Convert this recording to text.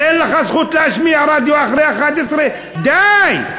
אין לך זכות להשמיע רדיו אחרי 23:00. די.